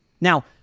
Now